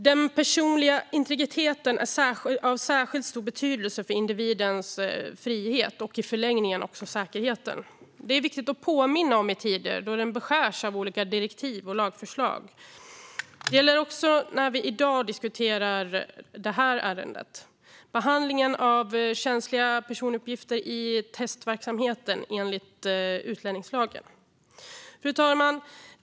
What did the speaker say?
Den personliga integriteten är av särskilt stor betydelse för individens frihet och i förlängningen också för säkerheten. Det är viktigt att påminna om detta i tider då friheten beskärs av olika direktiv och lagförslag. Det gäller också när vi i dag diskuterar detta ärende om behandlingen av känsliga personuppgifter i testverksamhet enligt utlänningsdatalagen. Fru talman!